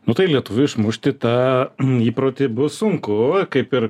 nu tai lietuviui išmušti tą įprotį bus sunku kaip ir